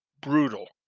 brutal